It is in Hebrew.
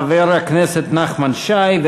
חבר הכנסת נחמן שי.